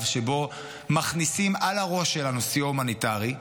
שבו מכניסים על הראש שלנו סיוע הומניטרי,